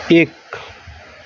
एक